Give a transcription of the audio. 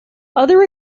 other